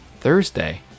Thursday